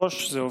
תודה לך,